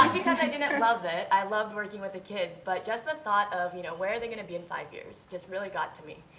because i didn't love it. i loved working with the kids, but just the thought of, you know, where are they going to be in five years just really got to me.